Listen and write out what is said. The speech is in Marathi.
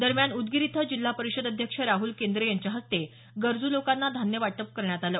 दरम्यान उदगीर इथं जिल्हा परिषद अध्यक्ष राहल केंद्रे यांच्या हस्ते गरजू लोकांना धान्यवाटप करण्यात आले